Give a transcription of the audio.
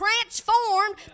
transformed